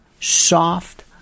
soft